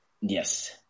Yes